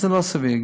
זה לא סביר.